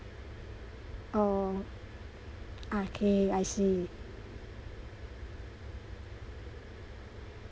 oh okay I see